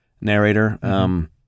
narrator